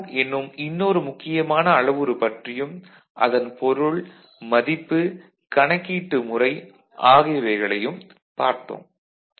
fan out என்னும் இன்னொரு முக்கியமான அளவுரு பற்றியும் அதன் பொருள் மதிப்பு கணக்கீட்டு முறை ஆகியவைகளையும் பார்த்தோம்